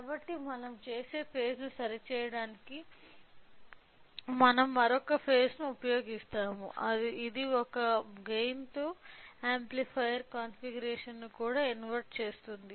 కాబట్టి మనం చేసే ఫేజ్ ను సరిచేయడానికి మనం మరొక ఫేజ్ ను ఉపయోగిస్తాము ఇది ఒక గైన్ తో యాంప్లిఫైయర్ కాన్ఫిగరేషన్ను కూడా ఇన్వెర్ట్ చేస్తుంది